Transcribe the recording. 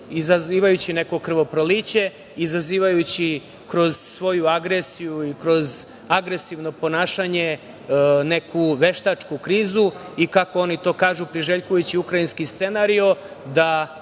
izazivajući neko krvoproliće, izazivajući kroz svoju agresiju i kroz agresivno ponašanje neku veštačku krizu, i kako oni to kažu, priželjkujući ukrajinski scenario, da